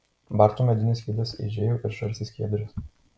barto medinis skydas eižėjo ir žarstė skiedras